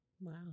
Wow